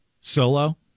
Solo